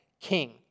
king